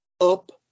up